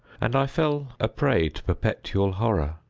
and i fell a prey to perpetual horror.